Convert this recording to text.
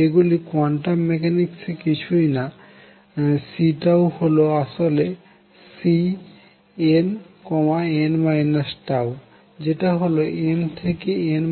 এগুলি কোয়ান্টাম মেকানিক্সে কিছুই নাCহল আসলে Cnn τ যেটা হল n থেকে n